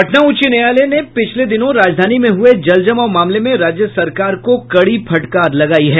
पटना उच्च न्यायालय ने पिछले दिनों राजधानी में हुए जलजमाव मामले में राज्य सरकार को कड़ी फटकार लगायी है